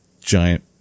giant